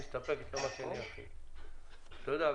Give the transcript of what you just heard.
תודה.